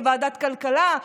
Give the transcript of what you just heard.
בוועדת כלכלה,